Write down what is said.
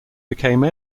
became